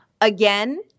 Again